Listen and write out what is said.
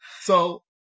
So-